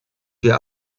wir